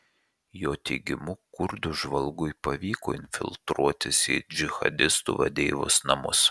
jo teigimu kurdų žvalgui pavyko infiltruotis į džihadistų vadeivos namus